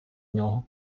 нього